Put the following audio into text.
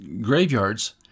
graveyards